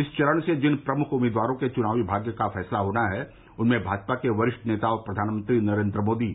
इस चरण से जिन प्रमुख उम्मीदवारों के चुनावी भाग्य का फैसला होना है उनमें भाजपा के वरिष्ठ नेता और प्रधानमंत्री नरेन्द्र मोदी